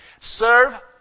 Serve